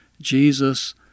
Jesus